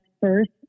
first